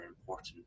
important